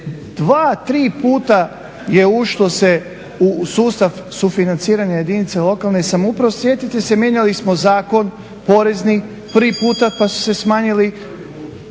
Dva, tri puta je ušlo se u sustav sufinanciranja jedinica lokalne samouprave. Sjetite se, mijenjali smo zakon porezni tri puta pa su se smanjili